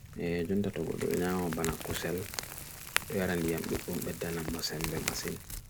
ee juntatakuk du nha o banak kusel tuyaran diyam luktum bedan na moseme masin